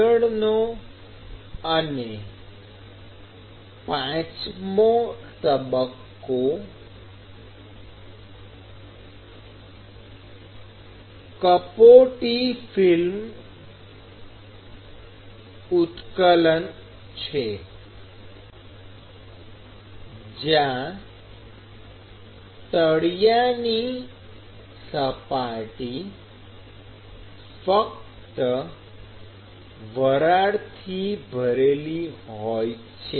આગળનો અને પાંચમો તબક્કો કપોટી ઉત્કલન છે જ્યાં તળિયાની સપાટી ફક્ત વરાળથી ભરાયેલી હોય છે